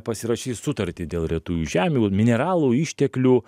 pasirašys sutartį dėl retųjų žemių mineralų išteklių